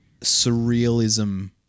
surrealism